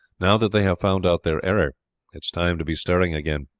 now that they have found out their error it is time to be stirring again.